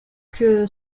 que